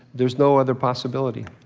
there's no other possibility.